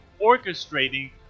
orchestrating